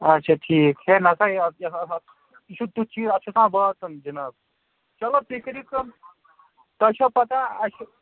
اچھا ٹھیٖک ہے نسا ہے اتھ چھ آسان یہ چھُ تیُتھ چیٖز اتھ چھ آسان واتُن جناب چلو تُہۍ کٔرِو کٲم تۄہہ چھو پتاہ اسہ